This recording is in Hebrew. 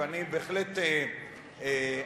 ואני בהחלט אציע,